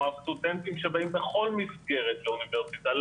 הסטודנטים שבאים בכל מסגרת של אוניברסיטה,